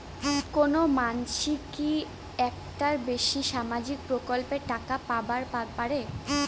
কোনো মানসি কি একটার বেশি সামাজিক প্রকল্পের টাকা পাবার পারে?